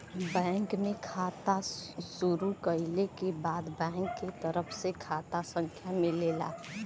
bank में खाता शुरू कइले क बाद बैंक के तरफ से खाता संख्या मिलेला